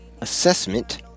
assessment